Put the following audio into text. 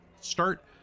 start